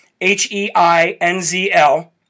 h-e-i-n-z-l